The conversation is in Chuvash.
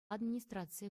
администрацийӗ